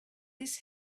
this